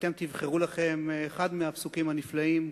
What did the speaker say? ואתם תבחרו לכם אחד מהפסוקים הנפלאים,